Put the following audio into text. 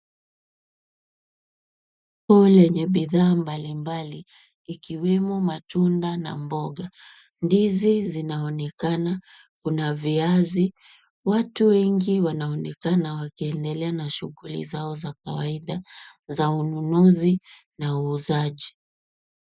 Soko lenye bidhaa mbalimbali, ikiwemo matunda na mboga. Ndizi zinaonekana, kuna viazi. Watu wengi wanaonekana wakiendelea na shughuli zao za kawaida za ununuzi na uuzaji.